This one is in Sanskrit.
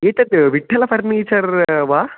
एतत् विठ्ठल फ़र्निचर् वा